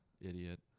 idiot